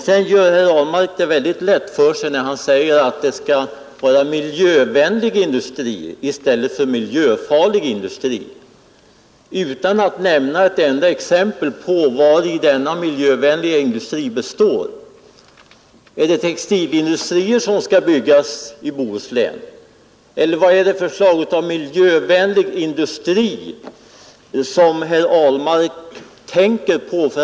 Sedan gör herr Ahlmark det lätt för sig när han säger att det skall vara miljövänlig i stället för miljöfarlig industri i Bohuslän men inte anför ett enda exempel på sådan miljövänlig industri. Är det textilindustrier som skall byggas i Bohuslän? Eller vad är det för slag av miljövänlig industri som herr Ahlmark tänker på?